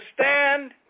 stand